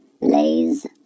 lays